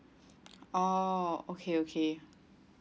oh okay okay